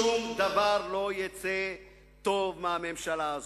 שום דבר טוב לא יצא מהממשלה הזאת.